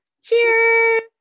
Cheers